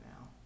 now